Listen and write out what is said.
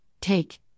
take